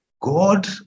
God